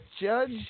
Judge